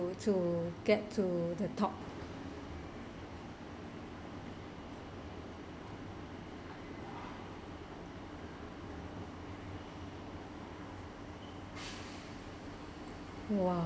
to get to the top !wow!